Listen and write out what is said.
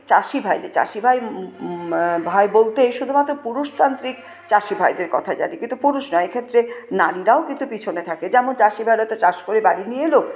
চাষিভাইদের চাষিভাই ভাই বলতে শুধুমাত্র পুরুষতান্ত্রিক চাষিভাইদের কথা জানি কিন্তু পুরুষ নয় এক্ষেত্রে নারীরাও কিন্তু পিছনে থাকে যেমন চাষিভাইরা তো চাষ করে বাড়ি নিয়ে এল